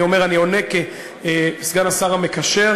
אני אומר: אני עונה כסגן השר המקשר,